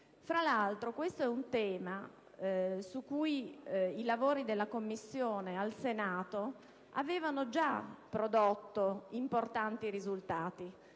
Fra l'altro, questo è un tema su cui i lavori della Commissione al Senato avevano già prodotto importanti risultati.